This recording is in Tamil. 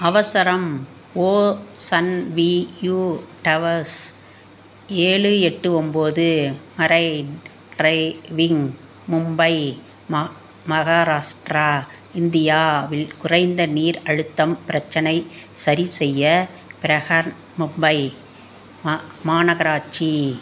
அவசரம் ஓசன்வியூ டவர்ஸ் ஏழு எட்டு ஒம்போது அரைன் ட்ரைவிங் மும்பை மா மகாராஸ்ட்ரா இந்தியாவில் குறைந்த நீர் அழுத்தம் பிரச்சினை சரி செய்ய ப்ரஹன் மும்பை மா மாநகராட்சி